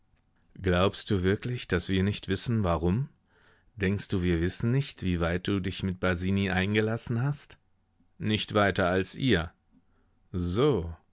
glaubst du wirklich daß wir nicht wissen warum denkst du wir wissen nicht wie weit du dich mit basini eingelassen hast nicht weiter als ihr so